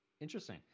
Interesting